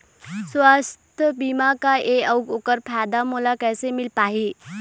सुवास्थ बीमा का ए अउ ओकर फायदा मोला कैसे मिल पाही?